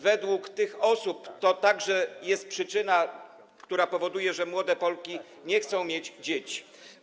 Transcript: Według tych osób to także jest przyczyna tego, że młode Polki nie chcą mieć dzieci.